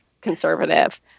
conservative